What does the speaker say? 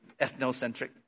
ethnocentric